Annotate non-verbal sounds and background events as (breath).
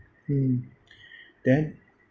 mm (breath) then